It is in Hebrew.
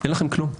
אין לכם כלום.